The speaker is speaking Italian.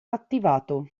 attivato